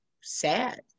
sad